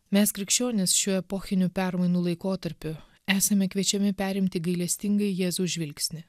mes krikščionys šiuo epochinių permainų laikotarpiu esame kviečiami perimti gailestingąjį jėzaus žvilgsnį